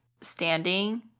standing